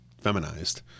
feminized